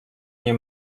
nie